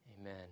Amen